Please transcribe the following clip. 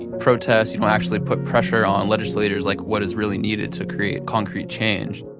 protest. you don't actually put pressure on legislators, like, what is really needed to create concrete change